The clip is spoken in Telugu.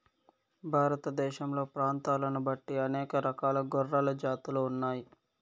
భారతదేశంలో ప్రాంతాలను బట్టి అనేక రకాల గొర్రెల జాతులు ఉన్నాయి